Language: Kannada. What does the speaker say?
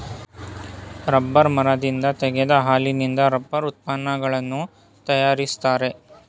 ರಬ್ಬರ್ ಮರದಿಂದ ತೆಗೆದ ಹಾಲಿನಿಂದ ರಬ್ಬರ್ ಉತ್ಪನ್ನಗಳನ್ನು ತರಯಾರಿಸ್ತರೆ